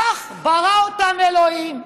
כך ברא אותם אלוהים,